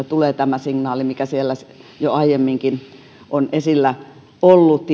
myötä tulee tämä signaali mikä siellä jo aiemminkin on esillä ollut